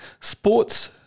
sports